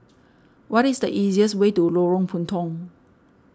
what is the easiest way to Lorong Puntong